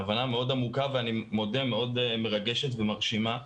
הבנה מאוד עמוקה ואני מודה מאוד מרגשת ומרשימה,